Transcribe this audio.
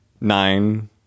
nine